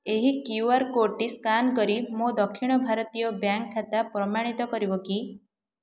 ଏହି Q R କୋଡ଼୍ଟି scan କରି ମୋ ଦକ୍ଷିଣ ଭାରତୀୟ ବ୍ୟାଙ୍କ୍ ଖାତା ପ୍ରମାଣିତ କରିବ କି